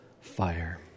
fire